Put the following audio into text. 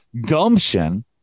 gumption